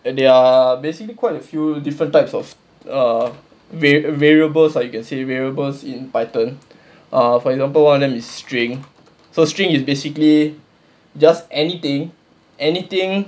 and they are basically quite a few different types of err var~ variables like you can say variables in python err for example one of them is string so string is basically just anything anything